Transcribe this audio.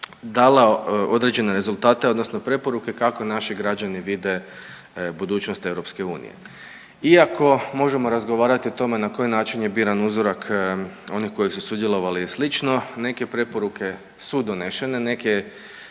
dala određene rezultate odnosno preporuke kako naši građani vide budućnost EU. Iako možemo razgovarati o tome na koji način je biran uzorak onih koji su sudjelovali i sl. neke preporuke su donešene, neke